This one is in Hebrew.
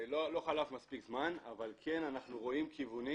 לא חלף מספיק זמן אבל כן אנחנו רואים כיוונים